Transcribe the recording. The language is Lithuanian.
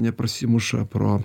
neprasimuša pro